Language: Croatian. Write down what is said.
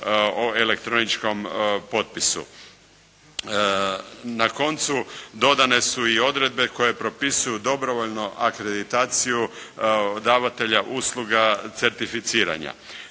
o elektroničkom potpisu. Na koncu, dodane su i odredbe koje propisuju dobrovoljno akreditaciju davatelja usluga certificiranja.